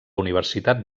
universitat